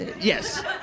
Yes